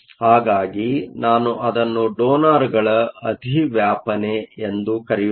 ಹಾಗಾಗಿ ನಾನು ಅದನ್ನು ಡೋನರ್ಗಳ ಅಧಿವ್ಯಾಪನೆ ಎಂದು ಕರೆಯುತ್ತೇನೆ